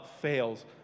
fails